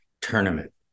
tournament